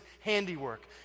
handiwork